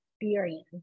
experience